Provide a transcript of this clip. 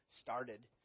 started